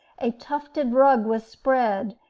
a tufted rug was spread,